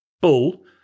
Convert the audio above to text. bull